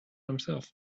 himself